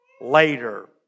later